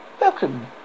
Welcome